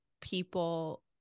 people